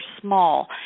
small